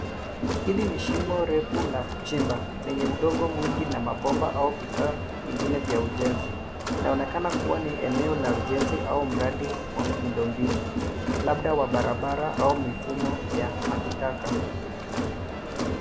Hili ni shimo refu la kuchimba, lenye udongo mwingi na mabomba au vifaa vingine vya ujenzi. Inaonekana kuwa ni eneo la ujenzi au mradi wa miundo mbinu, labda wa barabara au mifumo ya maji taka.